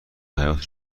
حیاط